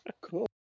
Cool